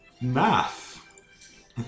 Math